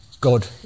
God